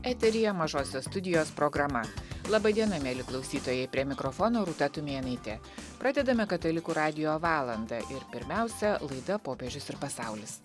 eteryje mažosios studijos programa laba diena mieli klausytojai prie mikrofono rūta tumėnaitė pradedame katalikų radijo valandą ir pirmiausia laida popiežius ir pasaulis